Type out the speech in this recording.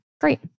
Great